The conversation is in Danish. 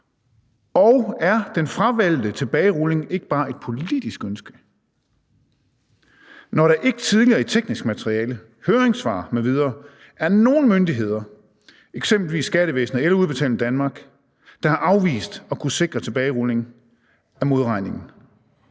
og er den fravalgte tilbagerulning ikke bare et politisk ønske, når der ikke tidligere i teknisk materiale, høringssvar m.v. er nogen myndigheder, eksempelvis skattevæsenet eller Udbetaling Danmark, der har afvist at kunne sikre tilbagerulning af modregningen,